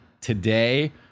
today